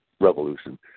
revolution